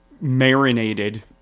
marinated